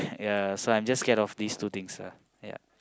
ya so I'm just scared of these two things ah ya